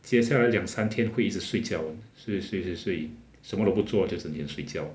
接下来两三天会一直睡觉一直睡一直睡什么都不做就是你睡觉